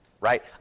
right